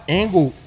angle